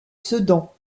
sedan